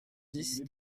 dix